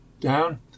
down